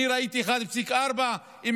אני ראיתי 1.4 מיליארד.